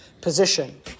position